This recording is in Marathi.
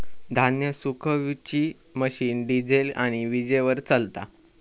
धान्य सुखवुची मशीन डिझेल आणि वीजेवर चलता